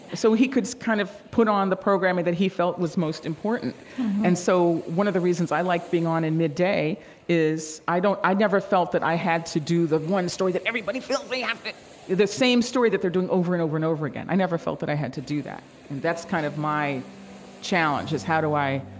so he could kind of put on the programming that he felt was most important mm-hmm and so, one of the reasons i liked being on in mid-day is i don't i never felt that i had to do the one story that everybody feels they have to the the same story that they're doing over and over, and over again. i never felt that i had to do that. and that's kind of my challenge, is how do i,